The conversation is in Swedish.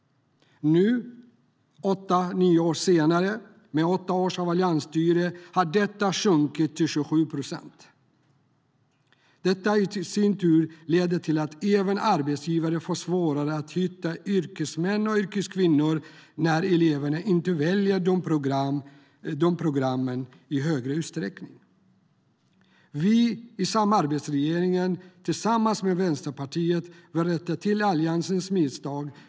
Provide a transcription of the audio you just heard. Nu efter åtta års alliansstyre har siffran sjunkit till 27 procent. Detta har i sin tur lett till att arbetsgivare har fått svårare att hitta yrkesmän och yrkeskvinnor när eleverna inte väljer de programmen i högre utsträckning. Vi i samarbetsregeringen, tillsammans med Vänsterpartiet, vill rätta till Alliansens misstag.